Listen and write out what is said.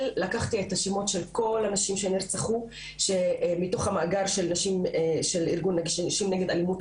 לקחתי את השמות של כל הנשים שנרצחו מתוך המאגר של ארגון נשים נגד אלימות,